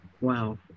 Wow